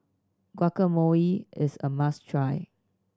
guacamole is a must try